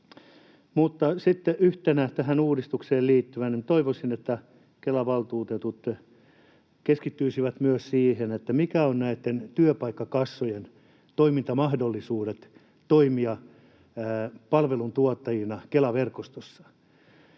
Sitten yhtenä tähän uudistukseen liittyvänä asiana toivoisin, että Kelan valtuutetut keskittyisivät myös siihen, mitkä ovat näitten työpaikkakassojen toimintamahdollisuudet toimia palveluntuottajina Kela-verkostossa.